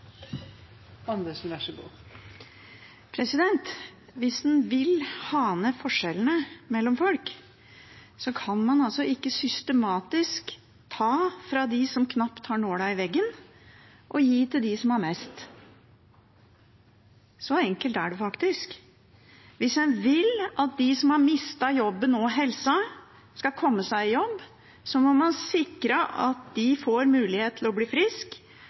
Hvis man vil ha ned forskjellene mellom folk, kan man ikke systematisk ta fra dem som knapt har nåla i veggen, og gi til dem som har mest. Så enkelt er det faktisk. Hvis man vil at de som har mistet jobb og helse, skal komme seg i jobb, må man sikre at de får mulighet til å bli